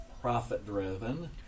profit-driven